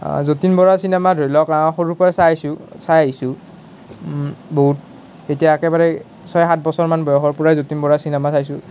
Jatin Bora cinema ধৰি লওক সৰু পৰাই চাইছোঁ চাই আহিছোঁ বহুত এতিয়া একেবাৰে ছয় সাত বছৰমান বয়সৰ পৰাই যতীন বৰাৰ চিনেমা চাইছোঁ